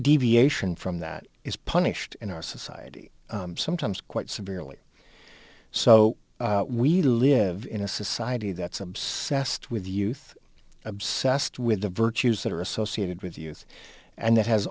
deviation from that is punished in our society sometimes quite severely so we live in a society that's obsessed with youth obsessed with the virtues that are associated with youth and that has